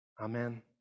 Amen